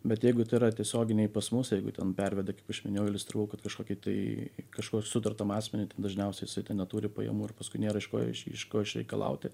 bet jeigu tai yra tiesioginiai pas mus jeigu ten perveda kaip aš minėjau iliustravau kad kažkokį tai kažko sutartam asmeniui dažniausiai isai neturi pajamų ir paskui nėra iš ko iš ko išreikalauti